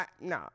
no